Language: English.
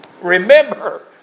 remember